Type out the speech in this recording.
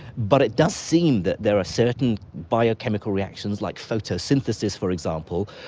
but it does seem that there are certain biochemical reactions like photosynthesis, for example,